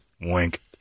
wink